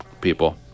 people